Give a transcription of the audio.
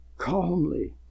calmly